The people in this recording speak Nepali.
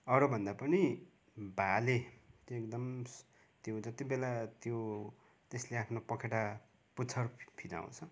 अरूभन्दा पनि भाले त्यो एकदम त्यो जति बेला त्यो त्यसले आफ्नो पखेटा पुच्छर फि फिजाउँछ